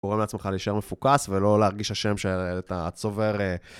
גורם לעצמך להישאר מפוקס ולא להרגיש השם שאת צובר...